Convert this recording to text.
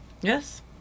Yes